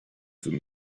them